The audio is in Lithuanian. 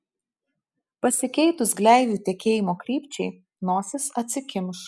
pasikeitus gleivių tekėjimo krypčiai nosis atsikimš